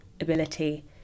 ability